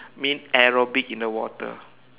mean aerobic in the water